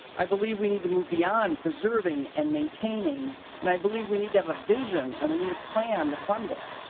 i believe we need to move beyond preserving and maintaining and i believe we need to have a vision and we need a plan to fund this.